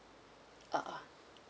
uh uh